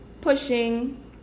pushing